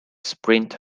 sprint